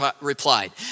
replied